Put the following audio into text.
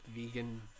vegan